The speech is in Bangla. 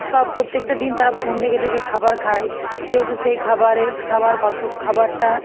সব প্রত্যেকটা দিন তারা ফোন দেখে দেখে খাবার খায় যেহেতু সেই খাবারে কত খাবারটা